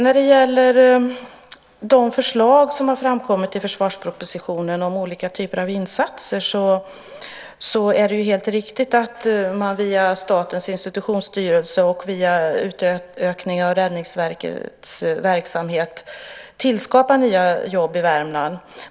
Vad gäller de förslag som har framkommit i försvarspropositionen om olika typer av insatser är det helt riktigt att man via Statens institutionsstyrelse och via utökning av Räddningsverkets verksamhet tillskapar nya jobb i Värmland.